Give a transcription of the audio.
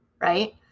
right